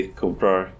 comprar